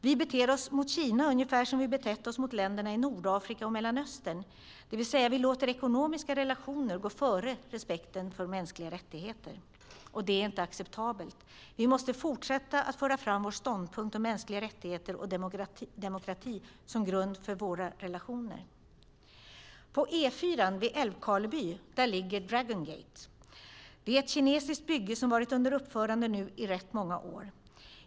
Vi beter oss mot Kina ungefär som vi har betett oss mot länderna i Nordafrika och Mellanöstern, det vill säga vi låter ekonomiska relationer gå före respekten för mänskliga rättigheter. Det är inte acceptabelt. Vi måste fortsätta att föra fram vår ståndpunkt om mänskliga rättigheter och demokrati som grund för våra relationer. På E4:an vid Älvkarleby ligger Dragon Gate. Det är ett kinesiskt bygge som nu har varit under uppförande i rätt många år.